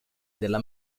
della